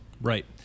Right